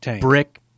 brick